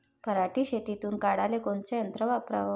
पराटी शेतातुन काढाले कोनचं यंत्र वापराव?